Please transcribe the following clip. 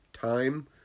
Time